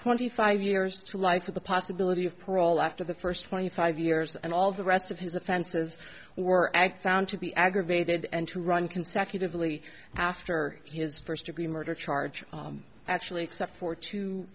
twenty five years to life for the possibility of parole after the first twenty five years and all the rest of his offenses were ag found to be aggravated and to run consecutively after his first degree murder charge actually except for two